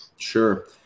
Sure